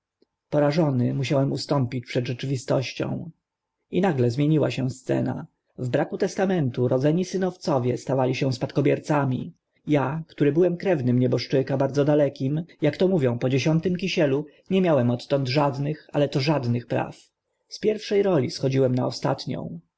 porażony musiałem ustąpić przed rzeczywistością i nagle zmieniła się scena w braku testamentu rodzeni synowcowie stawali się spadkobiercami a który byłem krewnym nieboszczyka bardzo dalekim ak to mówią po dziesiątym kisielu nie miałem odtąd żadnych ale to żadnych praw z pierwsze roli schodziłem na ostatnią